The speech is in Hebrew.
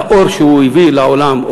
ולאור שהוא הביא לעולם,